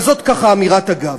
אבל זאת, ככה, אמירת אגב.